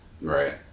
Right